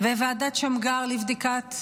ועדת שמגר לבדיקת